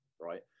right